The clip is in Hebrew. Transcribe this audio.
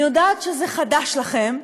אני יודעת שזה חדש לכם,